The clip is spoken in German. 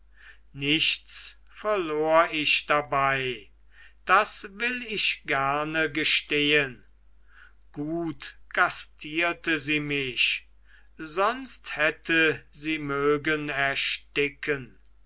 nichts verlor ich dabei das will ich gerne gestehen gut gastierte sie mich sonst hätte sie mögen ersticken